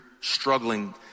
struggling